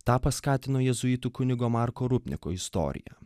tą paskatino jėzuitų kunigo marko rupniko istorija